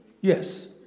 Yes